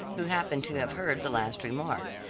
who happened to have heard the last remark.